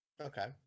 Okay